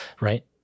right